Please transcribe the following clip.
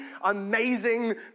amazing